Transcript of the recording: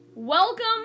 Welcome